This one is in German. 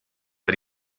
war